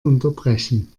unterbrechen